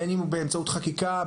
בין אם באמצעות חקיקה,